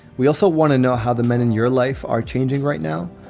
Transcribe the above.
we also want to know how the men in your life are changing right now.